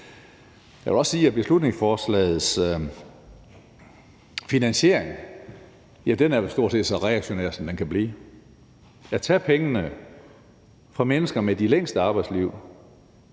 Jeg vil også sige, at beslutningsforslagets finansiering vel stort set er så reaktionær, som den kan blive. At tage pengene fra mennesker med de længste arbejdsliv,